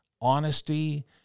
honesty